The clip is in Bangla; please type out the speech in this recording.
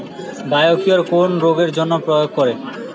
বায়োকিওর কোন রোগেরজন্য প্রয়োগ করে?